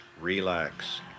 relax